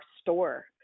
store